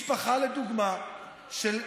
משפחה לדוגמה, כמה?